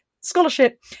scholarship